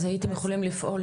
אז הייתם יכולים לפעול.